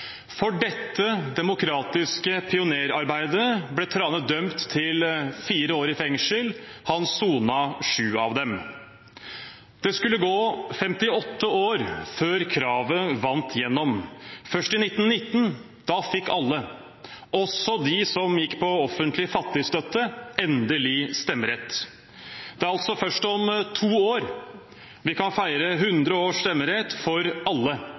For dette demokratiske pionerarbeidet ble Thrane dømt til fire år i fengsel. Han sonet sju år. Det skulle gå 58 år før kravet vant gjennom. Først i 1919 fikk alle, også de som gikk på offentlig fattigstøtte, endelig stemmerett. Det er altså først om to år vi kan feire 100 år med stemmerett for alle